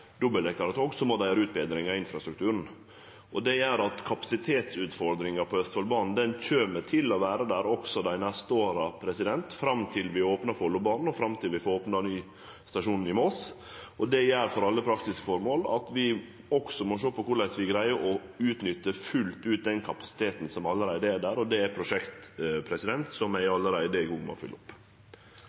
må dei gjere utbetringar på infrastrukturen. Det gjer at kapasitetsutfordringane på Østfoldbanen kjem til å vere der også dei neste åra, fram til vi opnar Follobanen, og fram til vi får opna ny stasjon i Moss. Det gjer for alle praktiske formål at vi også må sjå på korleis vi greier å utnytte fullt ut den kapasiteten som allereie er der, og det er eit prosjekt som eg allereie er i gang med å følgje opp.